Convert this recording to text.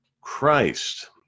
Christ